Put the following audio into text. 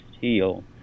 heal